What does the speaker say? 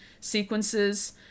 sequences